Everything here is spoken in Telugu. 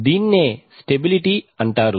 దీన్నే స్టెబిలిటీ అంటారు